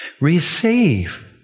receive